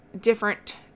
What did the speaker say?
different